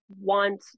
want